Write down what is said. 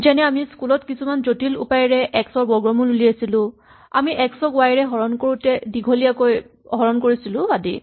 যেনে আমি স্কুলত কিছুমান জটিল উপায়েৰে এক্স ৰ বৰ্গমূল উলিয়াইছিলো আমি এক্স ক ৱাই ৰে হৰণ কৰোতে দীঘলীয়াকৈ হৰণ কৰিছিলো আদি